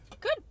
Good